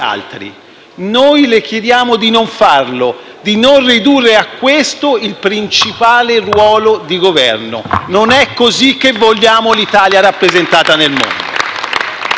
Noi le chiediamo di non farlo, di non ridurre a questo il principale ruolo di Governo; non è così che vogliamo l'Italia rappresentata nel mondo.